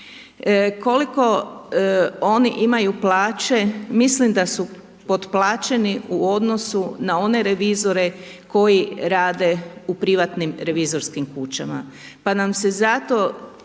Koliko oni imaju plaće, mislim da su potplaćeni u odnosu na one revizore koji rade u privatnim revizorskim kućama